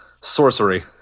Sorcery